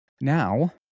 Now